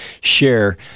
share